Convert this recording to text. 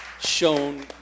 shown